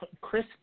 Chris